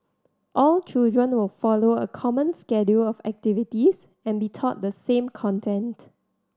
all children will follow a common schedule of activities and be taught the same content